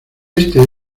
este